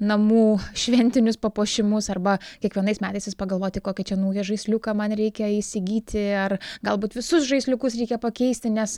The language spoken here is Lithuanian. namų šventinius papuošimus arba kiekvienais metais vis pagalvoti kokį čia naują žaisliuką man reikia įsigyti ar galbūt visus žaisliukus reikia pakeisti nes